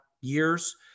years